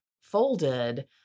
folded